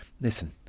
listen